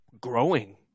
growing